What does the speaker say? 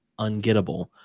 ungettable